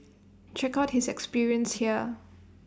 check out his experience here